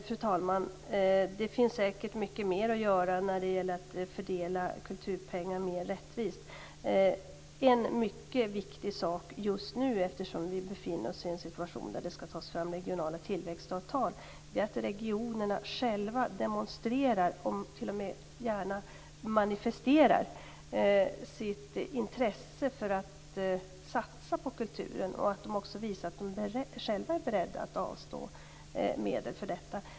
Fru talman! Det finns säkert mer att göra när det gäller att fördela kulturpengar mer rättvist. En viktig sak just nu, eftersom vi skall ta fram regionala tillväxtavtal, är att regionerna själva demonstrerar och gärna manifesterar sitt intresse för att satsa på kulturen. De skall visa att de själva är beredda att avstå medel för detta.